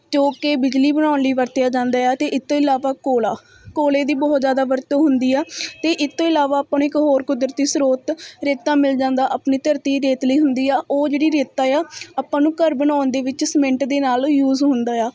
ਜੋ ਕਿ ਬਿਜਲੀ ਬਣਾਉਣ ਲਈ ਵਰਤਿਆ ਜਾਂਦਾ ਆ ਅਤੇ ਇਹ ਤੋਂ ਇਲਾਵਾ ਕੋਲਾ ਕੋਲੇ ਦੀ ਬਹੁਤ ਜ਼ਿਆਦਾ ਵਰਤੋਂ ਹੁੰਦੀ ਆ ਅਤੇ ਇਸ ਤੋਂ ਇਲਾਵਾ ਆਪਾਂ ਨੂੰ ਇੱਕ ਹੋਰ ਕੁਦਰਤੀ ਸਰੋਤ ਰੇਤਾ ਮਿਲ ਜਾਂਦਾ ਆਪਣੀ ਧਰਤੀ ਰੇਤਲੀ ਹੁੰਦੀ ਆ ਉਹ ਜਿਹੜੀ ਰੇਤਾ ਆ ਆਪਾਂ ਨੂੰ ਘਰ ਬਣਾਉਣ ਦੇ ਵਿੱਚ ਸਮਿੰਟ ਦੇ ਨਾਲ ਯੂਜ਼ ਹੁੰਦਾ ਆ